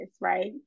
right